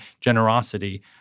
generosity